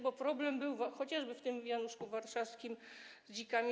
Bo problem był, chociażby w tym wianuszku warszawskim, z dzikami.